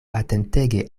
atentege